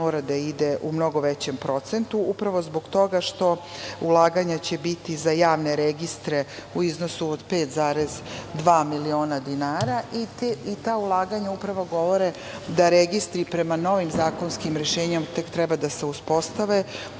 mora da ide u mnogo većem procentu, upravo zbog toga što ulaganja će biti za javne registre u iznosu od 5,2 miliona dinara, i ta ulaganja upravo govore da registri prema novim zakonskim rešenjima tek treba da se uspostave. To